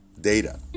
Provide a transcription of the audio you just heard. data